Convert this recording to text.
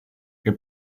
che